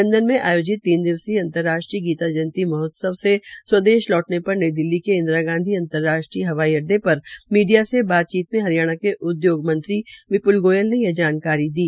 London में आयोजित तीन दिवसीय अंतर्राष्ट्रीय गीता जयंती महोत्सव से स्वदेश लौटने पर नई दिल्ली के इंदिरा गांधी अंतर्राष्ट्रीय हवाई अड्डे पर मीडिया से बातचीत करते हुए हरियाणा के उदयोग एवं वाणिज्य मंत्री श्री विप्ल गोयल ने यह जानकारी दी